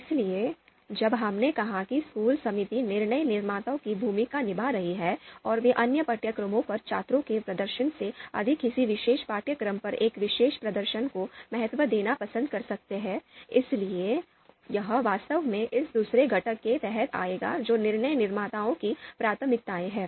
इसलिए जब हमने कहा कि स्कूल समिति निर्णय निर्माता की भूमिका निभा रही है और वे अन्य पाठ्यक्रमों पर छात्रों के प्रदर्शन से अधिक किसी विशेष पाठ्यक्रम पर एक विशेष प्रदर्शन को महत्व देना पसंद कर सकते हैं इसलिए यह वास्तव में इस दूसरे घटक के तहत आएगा जो निर्णय निर्माता की प्राथमिकताएं हैं